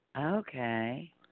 Okay